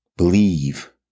believe